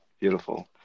Beautiful